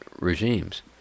regimes